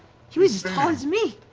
he was as tall as me.